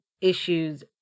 issues